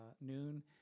noon